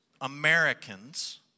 Americans